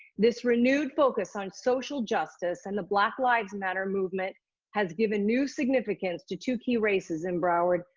this renewed focus on social justice and the black lives matter movement has given new significance to two key races in broward,